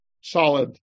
solid